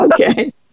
Okay